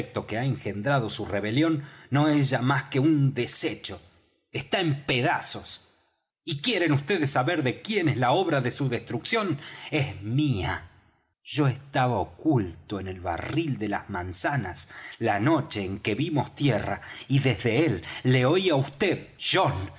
que ha engendrado su rebelión no es ya más que un deshecho está en pedazos y quieren vds saber de quién es la obra de su destrucción es mía yo estaba oculto en el barril de las manzanas la noche en que vimos tierra y desde él le oí á vd john